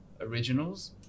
originals